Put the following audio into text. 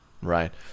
Right